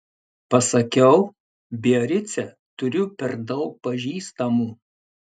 pasakiau biarice turiu per daug pažįstamų